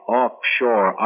offshore